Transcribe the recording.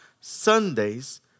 Sundays